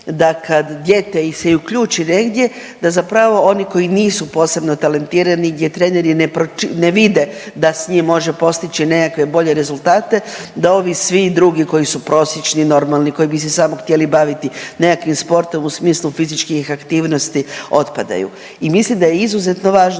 da kad dijete se i uključi negdje da zapravo oni koji nisu posebno talentirani gdje treneri ne vide da s njim može postići nekakve bolje rezultate da ovi svi drugi koji su prosječni, normalni koji bi se samo htjeli baviti nekakvim sportom u smislu fizičkih aktivnosti otpadaju. I mislim da je izuzetno važno